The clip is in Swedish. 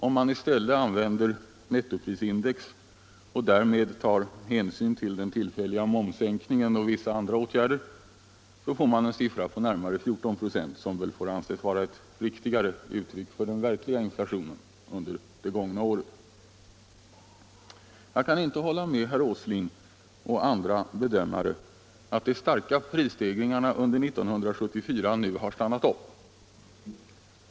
Om man i stället använder nettoprisindex och därmed tar hänsyn till den tillfälliga momssänkningen och vissa andra åtgärder får man en siffra på närmare 14 46, som väl får anses vara ett riktigare uttryck för den verkliga inflationen under det gångna året. Jag kan inte hålla med herr Åsling och andra bedömare när de säger att de starka prisstegringarna under 1974 nu har stannat upp.